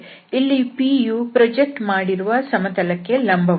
ಇಲ್ಲಿ p ಯು project ಮಾಡಿರುವ ಸಮತಲಕ್ಕೆ ಲಂಬವಾಗಿದೆ